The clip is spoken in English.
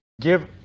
give